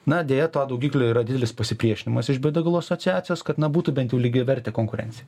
na deja to daugiklio yra didelis pasipriešinimas iš biodegalų asociacijos kad na būtų bent jau lygiavertė konkurencija